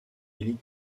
élite